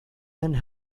and